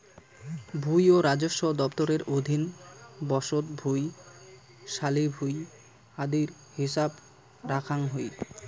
ভুঁই ও রাজস্ব দফতরের অধীন বসত ভুঁই, শালি ভুঁই আদির হিছাব রাখাং হই